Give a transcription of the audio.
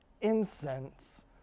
incense